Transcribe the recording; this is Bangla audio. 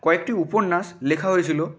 কয়েকটি উপন্যাস লেখা হয়েছিলো